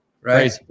Right